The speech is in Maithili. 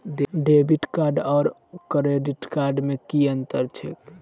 डेबिट कार्ड आओर क्रेडिट कार्ड मे की अन्तर छैक?